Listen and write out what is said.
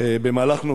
במהלך נובמבר,